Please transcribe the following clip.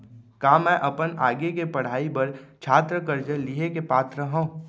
का मै अपन आगे के पढ़ाई बर छात्र कर्जा लिहे के पात्र हव?